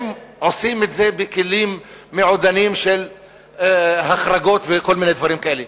הם עושים את זה בכלים מעודנים של החרגות וכל מיני דברים כאלה.